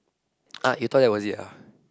ah you thought that was it ah